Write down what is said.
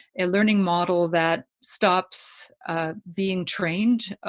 and learning model that stops being trained?